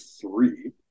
three